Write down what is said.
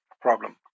problem